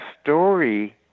story